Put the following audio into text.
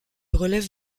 relève